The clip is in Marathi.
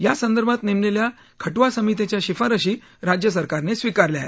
यासंदर्भात नेमलेल्या खटुआ समितीच्या शिफारशी राज्य सरकारने स्विकारल्या आहेत